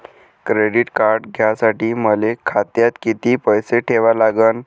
Credit card घ्यासाठी मले खात्यात किती पैसे ठेवा लागन?